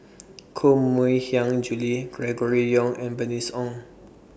Koh Mui Hiang Julie Gregory Yong and Bernice Ong